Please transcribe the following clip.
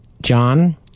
John